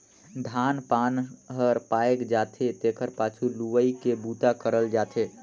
धान पान हर पायक जाथे तेखर पाछू लुवई के बूता करल जाथे